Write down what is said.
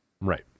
Right